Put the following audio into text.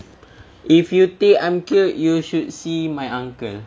if you think I'm cute you should see my uncle